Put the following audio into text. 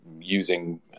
using